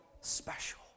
special